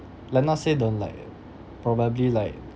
like not say don't like err probably like